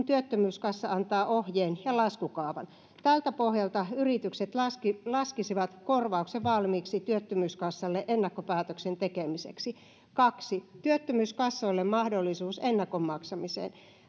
työttömyyskassa antaa ohjeen ja laskukaavan tältä pohjalta yritykset laskisivat laskisivat korvauksen valmiiksi työttömyyskassalle ennakkopäätöksen tekemiseksi kaksi työttömyyskassoille mahdollisuus ennakon maksamiseen